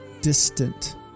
Distant